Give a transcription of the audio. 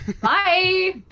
bye